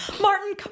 Martin